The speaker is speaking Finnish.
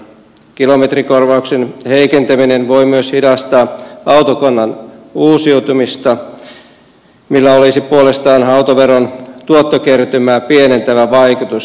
kilometrikorvauksen heikentäminen voi myös hidastaa autokannan uusiutumista millä olisi puolestaan autoveron tuottokertymää pienentävä vaikutus